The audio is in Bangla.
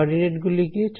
কোঅর্ডিনেট গুলি কি